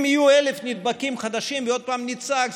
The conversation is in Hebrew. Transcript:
אם יהיו 1,000 נדבקים חדשים ועוד פעם נצעק,